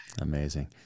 Amazing